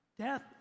Death